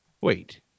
Wait